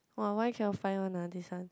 [wah] why cannot find one ah this one